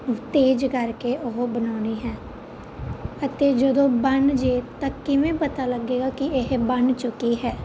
ਤੇਜ਼ ਕਰਕੇ ਉਹ ਬਣਾਉਣੀ ਹੈ ਅਤੇ ਜਦੋਂ ਬਣ ਜਾਏ ਤਾਂ ਕਿਵੇਂ ਪਤਾ ਲੱਗੇਗਾ ਕਿ ਇਹ ਬਣ ਚੁੱਕੀ ਹੈ